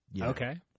okay